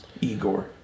Igor